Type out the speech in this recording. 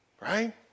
Right